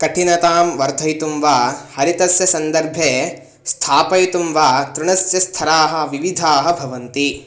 कठिनतां वर्धयितुं वा हरितस्य सन्दर्भे स्थापयितुं वा तृणस्य स्तराः विविधाः भवन्ति